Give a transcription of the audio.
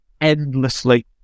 endlessly